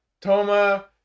Toma